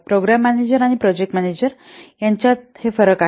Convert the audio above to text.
programme manager आणि project manager यांच्यात हे फरक आहेत